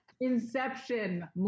Inception